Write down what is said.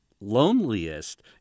loneliest